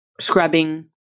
scrubbing